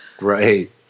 Right